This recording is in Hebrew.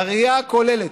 בראייה הכוללת,